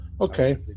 okay